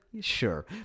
sure